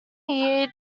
year